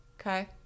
Okay